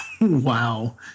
wow